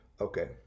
Okay